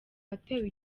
atewe